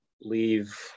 leave